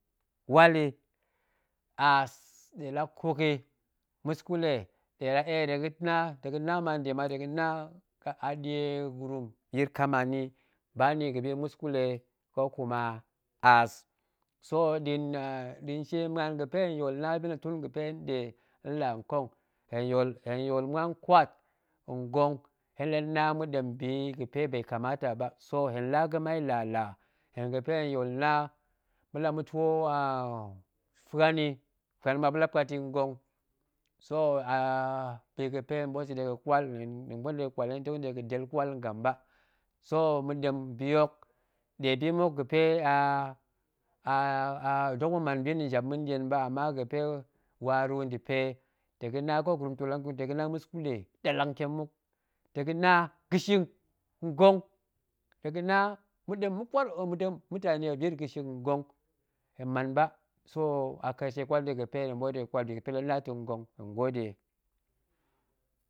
Wal yi aas ɗe la kuk yi, muskule ɗe la eer yi ta̱ ga̱na ta̱ na ma nde ma ta̱ ga̱na a ɗie gurum yir kamani ba nni ga̱bi ɗie gurum ba nni ga̱bi muskule yi, ƙo kuma aas, so a a nɗa̱a̱n shie muan ga̱pe hen yool na binna̱ tun ga̱pe hen nɗe nlaankong, hen yool hen yool muan kwaat ngong hen ɗe na ma̱ɗem biyi ga̱pe bai kamata ba, so hen laa ga̱mai lala hen ga̱pe hen yool na ma̱la ma̱twoo a fuan yi fuan nɗe la puat yi ngong, so aa bi ga̱pe hen tong ɓoot ta̱ degən ƙwal hen tong ɓool deɣa del ƙwal ngam ba, so ma̱ɗem bihok ɗe bi muk ga̱pe a a dok ma̱ man bi nna̱ njap ma̱nɗien ba, ama ga̱pe waru nda̱pe, ta̱ ga̱na a ƙo gurum la ntoo lat ngong tong ga̱na muskule da̱ ɗallang ntiem muk, ta̱ ga̱na ga̱shing ngong, ta̱ ga̱na ma̱ɗem ma̱ɗem mutani ɗe la yir ga̱shing ngong, hen man ba so a ƙershe ƙwal na̱ ta̱ ga̱pe hen tong ɓoot dega̱n ƙwal bi ga̱pe hen nɗe la na ta̱ ngong so hen gode.